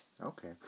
Okay